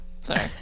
Sorry